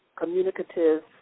communicative